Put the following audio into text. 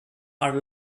are